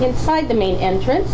inside the main entrance